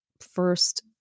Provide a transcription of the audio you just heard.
first